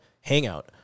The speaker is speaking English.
hangout